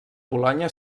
bolonya